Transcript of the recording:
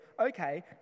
okay